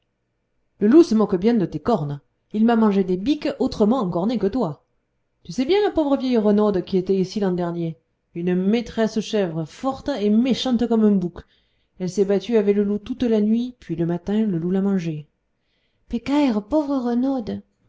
le loup se moque bien de tes cornes il m'a mangé des biques autrement encornées que toi tu sais bien la pauvre vieille renaude qui était ici l'an dernier une maîtresse chèvre forte et méchante comme un bouc elle s'est battue avec le loup toute la nuit puis le matin le loup l'a mangée pécaïre pauvre renaude